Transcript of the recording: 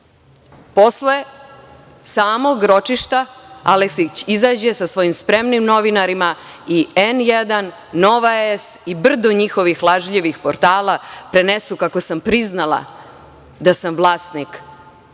posle samog ročišta, Aleksić izađe sa svojim spremnim novinarima i, N1, Nova S i brdo njihovih lažljivih portala, prenesu kako sam priznala da sam vlasnik